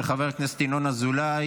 של חבר הכנסת ינון אזולאי.